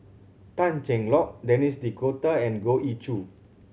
Tan Cheng Lock Denis D'Cotta and Goh Ee Choo